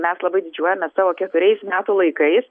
mes labai didžiuojamės savo keturiais metų laikais